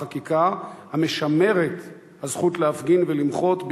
את החקיקה המשמרת את הזכות להפגין ולמחות,